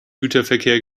güterverkehr